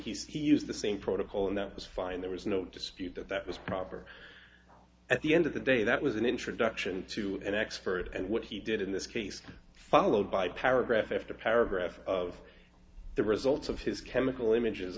he used the same protocol and that was fine there was no dispute that that was proper at the end of the day that was an introduction to an expert and what he did in this case followed by paragraph after paragraph of the results of his chemical images